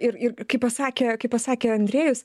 ir ir kaip pasakė kaip pasakė andriejus